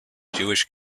jewish